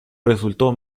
resultó